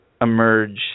emerge